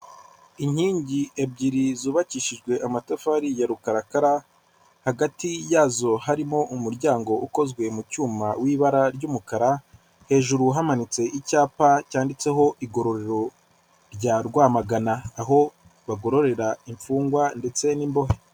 Inkingi ebyiri zubakishijwe amatafari ya rukarakara hagati yazo harimo umuryango ukozwe mu cyuma w'ibara ry'umukara hejuru hamanitse icyapa cyanditseho igororo rya Rwamagana aho bagororera imfungwa ndetse n'imbohe.